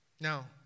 Now